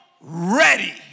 ready